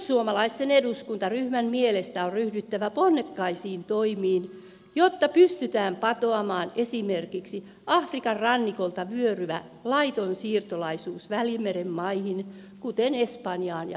perussuomalaisten eduskuntaryhmän mielestä on ryhdyttävä ponnekkaisiin toimiin jotta pystytään patoamaan esimerkiksi afrikan rannikolta vyöryvä laiton siirtolaisuus välimeren maihin kuten espanjaan ja italiaan